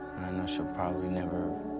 she'll probably never